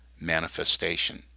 Manifestation